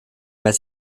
mehr